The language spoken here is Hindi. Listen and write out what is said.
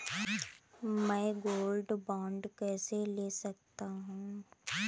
मैं गोल्ड बॉन्ड कैसे ले सकता हूँ?